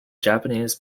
japanese